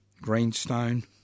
Greenstone